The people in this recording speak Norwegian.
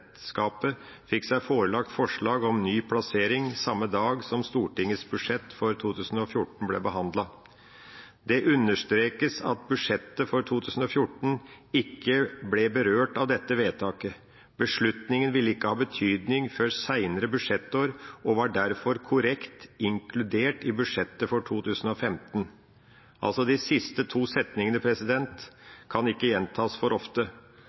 presidentskapet fikk seg forelagt forslag om ny plassering samme dag som Stortingets budsjett for 2014 ble behandlet. Det understrekes at budsjettet for 2014 ikke ble berørt av dette vedtaket. Beslutningen ville ikke ha betydning før senere budsjettår, og var derfor korrekt inkludert i budsjettet for 2015.» De siste to setningene kan ikke gjentas for ofte: